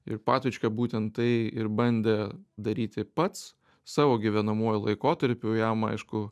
ir patočka būtent tai ir bandė daryti pats savo gyvenamuoju laikotarpiu jam aišku